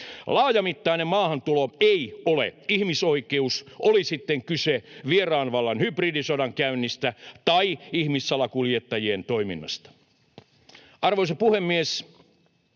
Laajamittainen maahantulo ei ole ihmisoikeus, oli sitten kyse vieraan vallan hybridisodankäynnistä tai ihmissalakuljettajien toiminnasta. Arvoisa puhemies!